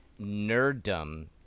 nerddom